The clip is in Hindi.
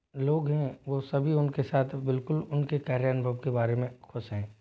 लोग हैं वो सभी उन के साथ बिल्कुल उन के कार्य अनुभव के बारे में ख़ुश हैं